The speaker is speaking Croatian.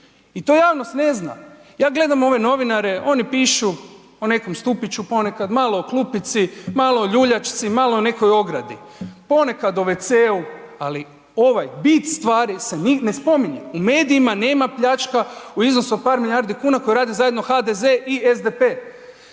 I to javnost ne zna. Ja gledam ove novinare, oni pišu o nekom stupiću ponekad, malo o klupici, malo o ljuljački, malo o nekoj ogradi, ponekad o wc-u ali ovaj bit stvari se ne spominje. U medijima nema pljačka u iznosu od par milijardi kuna koje rade zajedno HDZ i SDP.